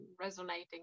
resonating